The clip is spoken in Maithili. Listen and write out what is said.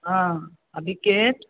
हँ आ विकेट